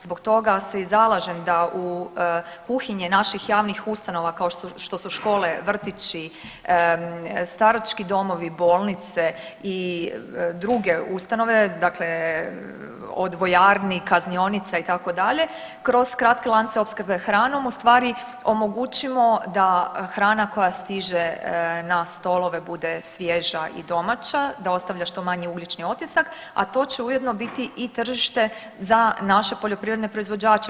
Zbog toga se i zalažem da u kuhinje naših javnih ustanova kao što su škole, vrtići, starački domovi, bolnice i druge ustanove, dakle od vojarni, kaznionica itd. kroz kratke lance opskrbe hranom ustvari omogućimo da hrana koja stiže na stolove bude svježa i domaća, da ostavlja što manji ugljični otisak, a to će ujedno biti i tržište za naše poljoprivredne proizvođače.